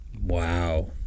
Wow